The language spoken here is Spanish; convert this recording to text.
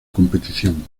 competición